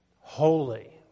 holy